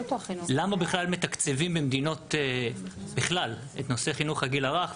למה בכלל מתקצבים במדינות בכלל את נושא חינוך הגיל הרך,